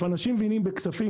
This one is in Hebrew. אנשים מבינים בכספים,